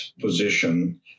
position